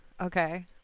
Okay